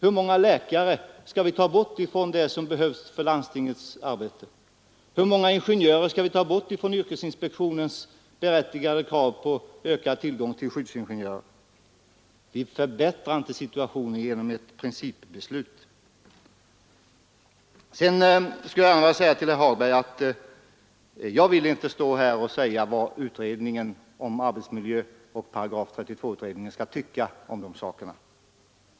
Hur många läkare skall vi ta bort från landstingets arbetsområde? Hur många skyddsingenjörer skall vi ta bort, trots yrkesinspektionens berättigade krav på flera sådana? Vi förbättrar inte situationen genom ett principbeslut. Herr Hagberg i Borlänge kan jag svara, att jag inte vill stå här och säga vad arbetsmiljöutredningen och § 32-utredningen skall tycka om de här sakerna.